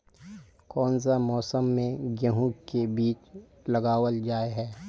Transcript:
कोन सा मौसम में गेंहू के बीज लगावल जाय है